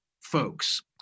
folks